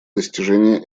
достижения